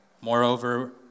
Moreover